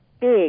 big